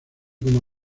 como